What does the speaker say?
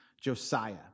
Josiah